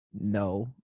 no